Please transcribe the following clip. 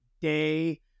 day